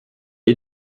est